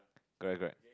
correct correct